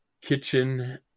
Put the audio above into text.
kitchen